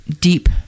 deep